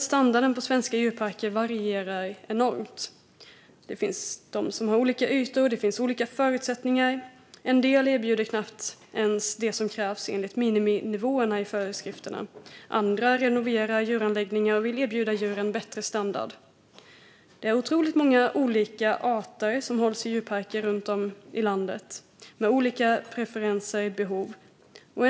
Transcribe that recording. Standarden på svenska djurparker varierar enormt. De har olika ytor och olika förutsättningar; en del erbjuder knappt ens det som krävs enligt miniminivåerna i föreskrifterna, medan andra renoverar djuranläggningar och vill erbjuda djuren bättre standard. Det är otroligt många olika arter som hålls i djurparker runt om i landet, med olika preferenser och behov.